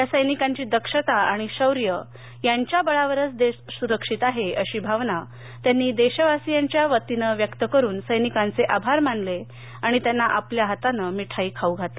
या सैनिकांची दक्षता आणि शौर्य यांच्या बळावरच देश सुरक्षित आहे अशी भावना त्यांनी देशवासियांच्या वतीने व्यक्त करुन सैनिकांचे आभार मानले आणि त्यांना आपल्या हाताने मिठाई खाऊ घातली